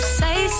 say